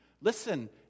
Listen